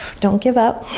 don't give up.